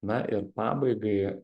na ir